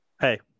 Hey